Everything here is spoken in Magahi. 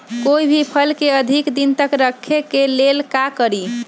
कोई भी फल के अधिक दिन तक रखे के ले ल का करी?